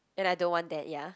and I don't want that ya